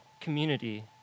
community